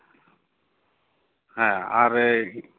ᱦᱮᱸ ᱟᱨ